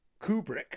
Kubrick